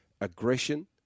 aggression